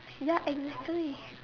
ya exactly